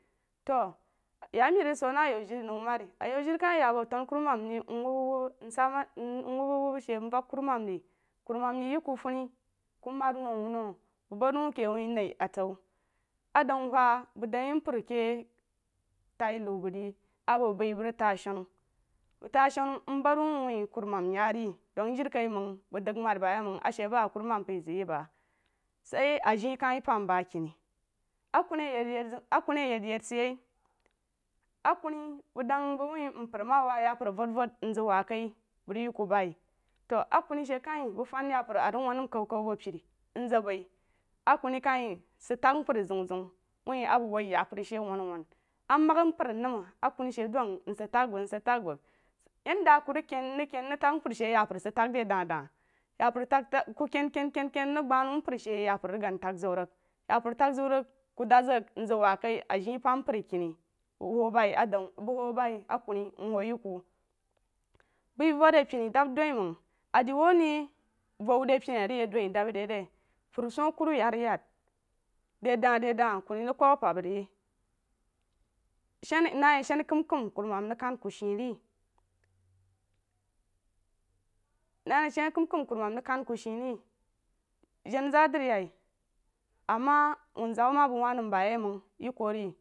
To yamiri rig səw na ayaujírí nou mari ayaujri kai ya bu tanu kuruman wubba nsa awubba shi nvak kuruman re kuruman ye ye ku vonī ku mad wuh awuno bəg məd wuh ke wah nai atau adaun hwa bəg dəg yi mpər ke taínu bəg rí a bəg bəi bəg rig ta shunu bəg ta shunu nbəd wuh wah kurumam ya rí dəg dirikaiməg bəg dəg mari bayiməng a shi ba kurumam pai zəg yi bəg sai alepam baki ne akuni ayen ziu sid kuni ayen yen sid yi akuni məg dəg wati mpri ama wa yapər ausdvod mzəg wa kai bəg rig yi ku boí to akuni shí kaín bəg fan yapər a rig won nam kalokaw a bo perí mzəg bəí atuni kai sid təg mpər zeun zeun wah a bəg wuh yapər shi won won amək mpər nam akuni shi dong msid təg bəg msid təg bəg yenda a ku tig ken mrig ken mrig ken mka’g təg mpər shi tagər sid təg de aa da yapər təg de da da ku ken ken mrig gauh mpər shi yapər rig gag fəg zəg ríg yapər təg zəu rig kudad zəg nzəg wa kai ajepammpər kine bu hu bei adaum bəg hu bei akuni mhu ye ku bəi vo yepini dab dorn mzəg a de wu a ne vo wuh repirí a rig yəg doín dab rí re puru swuoh kuru yaryad de da de da kuni ríg kwab apabba re naí a shiní kəm kəm kurumam rig kan ku she re nai a shini kəmkəm kurumam rig kan ku she re janazadri yaí ama wunzau ma bəg wah nəm ba ye məng yi kurí.